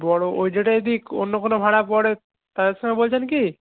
বড়ো ওই ডেটে যদি যদি অন্য কোনো ভাড়া পড়ে তাদের সঙ্গে বলছেন কি